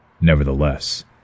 Nevertheless